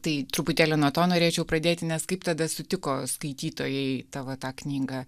tai truputėlį nuo to norėčiau pradėti nes kaip tada sutiko skaitytojai tavo tą knygą